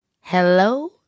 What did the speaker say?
Hello